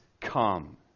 come